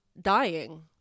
dying